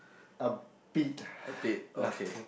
a bit ya can